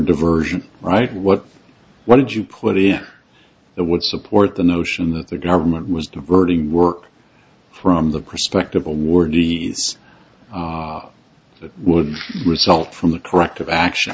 diversion right what what did you put in that would support the notion that the government was diverting work from the perspective a warning that would result from the corrective action